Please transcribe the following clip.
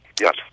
yes